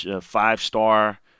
five-star